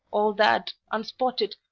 all that, unspotted,